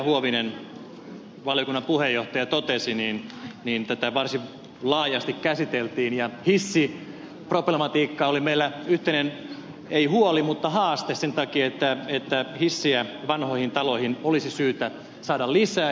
huovinen valiokunnan puheenjohtaja totesi niin tätä varsin laajasti käsiteltiin ja hissiproblematiikka oli meillä yhteinen ei huoli mutta haaste sen takia että vanhoihin taloihin hissejä olisi syytä saada lisää